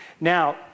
Now